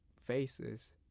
faces